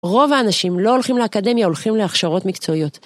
רוב האנשים לא הולכים לאקדמיה, הולכים להכשרות מקצועיות.